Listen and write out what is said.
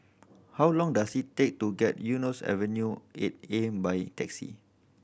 how long does it take to get Eunos Avenue Eight A by taxi